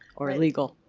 or illegal.